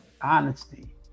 honesty